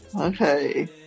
Okay